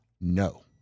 No